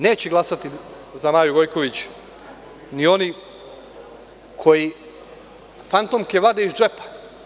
Neće glasati za Maju Gojković ni oni koji fantomke vade iz džepa.